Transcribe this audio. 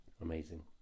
Amazing